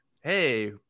hey